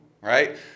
right